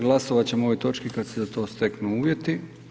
Glasovat ćemo o ovoj točki kad se za to steknu uvjeti.